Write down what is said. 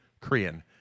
Korean